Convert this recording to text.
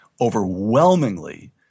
Overwhelmingly